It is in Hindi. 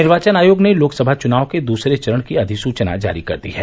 निर्वाचन आयोग ने लोकसभा चुनाव के दूसरे चरण की अधिसूचना जारी कर दी है